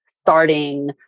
starting